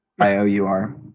I-O-U-R